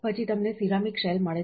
પછી તમને ceramic shell મળે છે